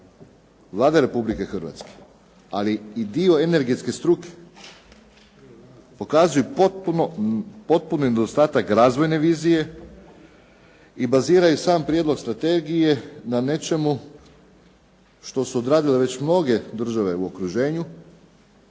Vlada Republike Hrvatske, ali i dio energetske struke pokazuju potpuni nedostatak razvojne vizije i baziraju sam prijedlog strategije na nečemu što su odradile već mnoge države u okruženju